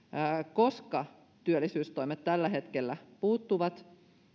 koska työllisyystoimet tällä hetkellä puuttuvat